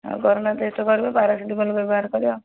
ଆଉ corona test କରିବ paracetamol ବ୍ୟବହାର କରିବ